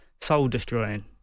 soul-destroying